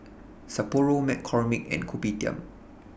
Sapporo McCormick and Kopitiam